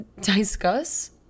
discuss